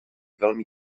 velmi